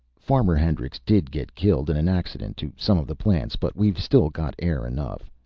farmer hendrix did get killed in an accident to some of the plants, but we've still got air enough.